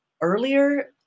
earlier